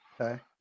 okay